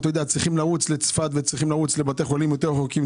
צריכים לנסוע לצפת ולבתי חולים יותר רחוקים.